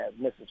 Mrs